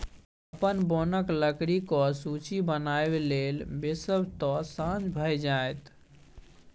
अपन बोनक लकड़ीक सूची बनाबय लेल बैसब तँ साझ भए जाएत